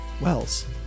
Wells